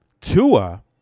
Tua